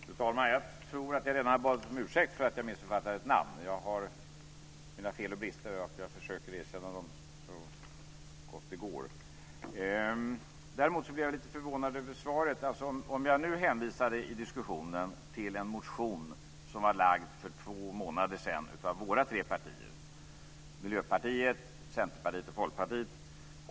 Fru talman! Jag tror att jag redan har bett om ursäkt för att jag missuppfattade ett namn. Jag har mina fel och brister, och jag försöker att erkänna dem så gott det går. Däremot blev jag lite förvånad över svaret. Jag hänvisade till en motion som väcktes för två månader sedan av Miljöpartiet, Centerpartiet och Folkpartiet.